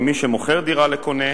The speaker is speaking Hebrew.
ממי שמוכר דירה לקונה,